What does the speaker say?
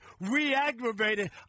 re-aggravated